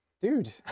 dude